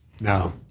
No